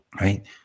right